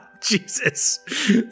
Jesus